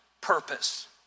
purpose